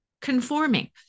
conforming